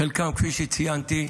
חלקם, כפי שציינתי,